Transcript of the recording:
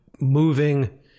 moving